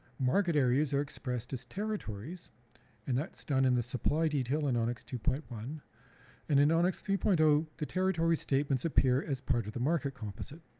market areas are expressed as territories and that's done in the supply detail in onix two point one and in onix three point zero ah the territory statements appear as part of the market composite.